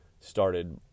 started